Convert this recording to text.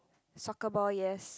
soccer ball yes